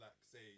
say